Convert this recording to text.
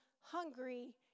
hungry